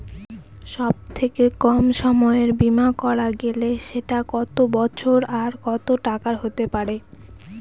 সব থেকে কম সময়ের বীমা করা গেলে সেটা কত বছর আর কত টাকার হতে পারে?